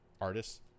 artists